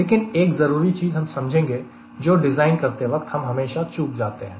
लेकिन एक जरूरी चीज हम समझेंगे जो डिज़ाइन करते वक्त हम हमेशा चुक जाते हैं